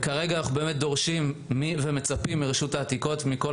כרגע אנחנו דורשים ומצפים מרשות העתיקות ומכל